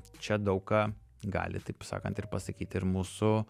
čia daug ką gali taip sakant ir pasakyti ir mūsų